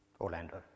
Orlando